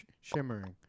shimmering